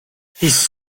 his